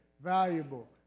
valuable